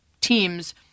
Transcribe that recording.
teams